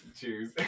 Cheers